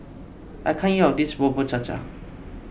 I can't eat all of this Bubur Cha Cha